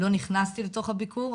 לא נכנסתי לתוך הביקור,